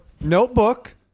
notebook